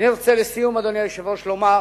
אני רוצה לסיום, אדוני היושב-ראש, לומר: